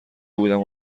بودم